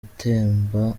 atemba